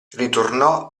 ritornò